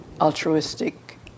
altruistic